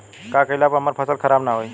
का कइला पर हमार फसल खराब ना होयी?